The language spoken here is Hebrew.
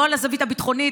לא על הזווית הביטחונית,